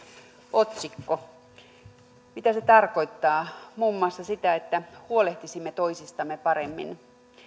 otsikko mitä se tarkoittaa muun muassa sitä että huolehtisimme toisistamme paremmin